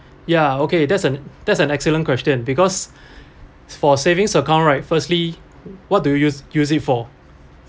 ya okay that's an that's an excellent question because for savings account right firstly what do you use use it for